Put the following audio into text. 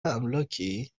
املاکی